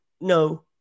No